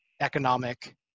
economic